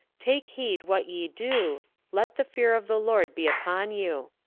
take heed what ye do let the fear of the lord be upon you.